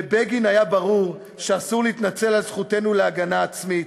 לבגין היה ברור שאסור להתנצל על זכותנו להגנה עצמית,